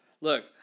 look